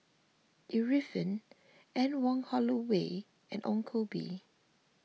Arifin Anne Wong Holloway and Ong Koh Bee